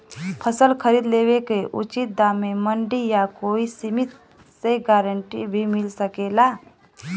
फसल खरीद लेवे क उचित दाम में मंडी या कोई समिति से गारंटी भी मिल सकेला?